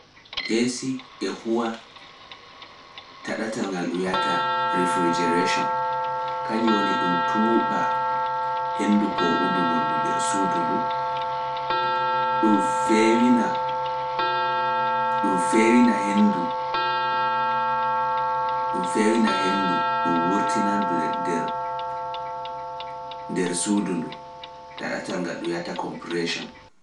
AC e huwa ta ɗatal ngal dun wi’ata “refrigeration”, kañjun woni ɗun tuuɓa henndu poo'udu ndu nder suudu, ɗum feewina henndu kadi dun wurtinadu nder suudu ndun, taɗatal ngal dun wi’ata “compression”.